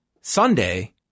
Sunday